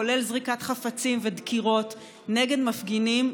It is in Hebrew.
כולל זריקת חפצים ודקירות נגד מפגינים,